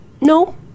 No